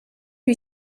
lui